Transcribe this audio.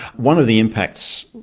one of the impacts,